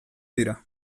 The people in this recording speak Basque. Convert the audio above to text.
dira